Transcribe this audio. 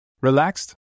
Relaxed